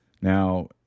Now